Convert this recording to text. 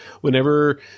whenever